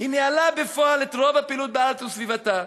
והיא ניהלה בפועל את רוב הפעילות בארץ ובסביבתה.